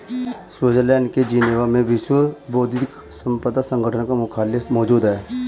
Switzerland के Geneva में विश्व बौद्धिक संपदा संगठन का मुख्यालय मौजूद है